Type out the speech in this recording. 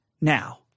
now